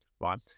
Right